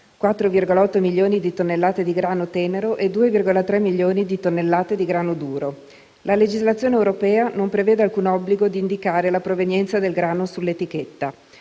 4,8 milioni di tonnellate di grano tenero e 2,3 milioni di tonnellate di grano duro, e che la legislazione europea non prevede alcun obbligo di indicare la provenienza del grano sull'etichetta,